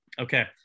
okay